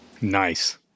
Nice